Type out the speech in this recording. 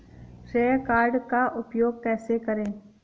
श्रेय कार्ड का उपयोग कैसे करें?